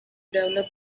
develop